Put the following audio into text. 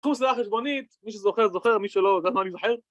‫היה חשבונית, מי שזוכר זוכר, ‫מי שלא זוכר זוכר.